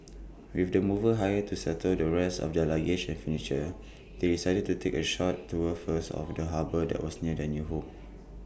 with the movers hired to settle the rest of their luggage and furniture they decided to take A short tour first of the harbour that was near their new home